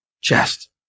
chest